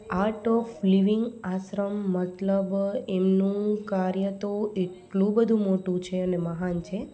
art of living આશ્રમ મતલબ એમનું કાર્ય તો એટલું બધું છે અને મહાન છે